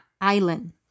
island